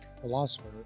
philosopher